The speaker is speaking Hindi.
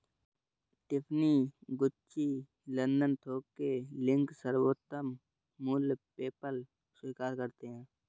टिफ़नी, गुच्ची, लंदन थोक के लिंक, सर्वोत्तम मूल्य, पेपैल स्वीकार करते है